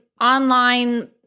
online